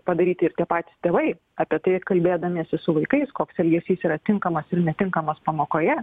padaryti ir tie patys tėvai apie tai kalbėdamiesi su vaikais koks elgesys yra tinkamas ir netinkamas pamokoje